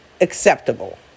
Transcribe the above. acceptable